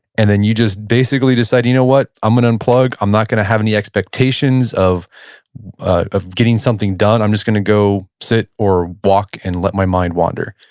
and then you just basically decided, you know what, i'm gonna unplug, i'm not gonna have any expectations of of getting something done, i'm just gonna go sit or walk and let my mind wander?